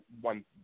one